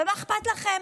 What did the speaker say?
ומה אכפת לכם?